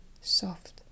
soft